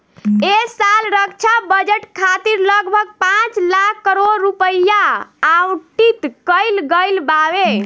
ऐ साल रक्षा बजट खातिर लगभग पाँच लाख करोड़ रुपिया आवंटित कईल गईल बावे